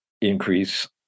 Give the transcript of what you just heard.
increase